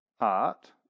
art